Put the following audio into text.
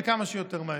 וכמה שיותר מהר.